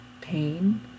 pain